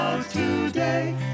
Today